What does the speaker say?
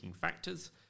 factors